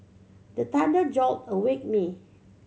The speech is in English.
the thunder jolt awake me